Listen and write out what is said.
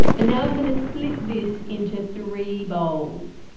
and now i'm going to split this into three bowls.